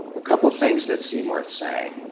a couple of things that seem worth saying.